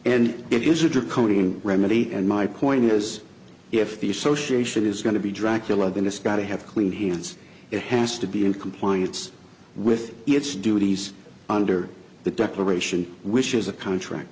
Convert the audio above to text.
and it is a draconian remedy and my point is if the association is going to be dracula then it's got to have clean hands it has to be in compliance with its duties under the declaration which is a contract